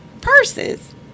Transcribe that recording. Purses